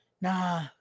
Nah